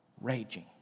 raging